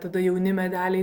tada jauni medeliai